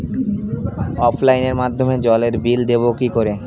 অফলাইনে মাধ্যমেই জলের বিল দেবো কি করে?